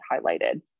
highlighted